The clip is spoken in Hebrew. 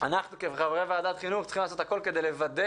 אנחנו כחברי ועדת החינוך צריכים לעשות הכול כדי לוודא